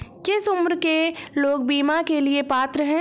किस उम्र के लोग बीमा के लिए पात्र हैं?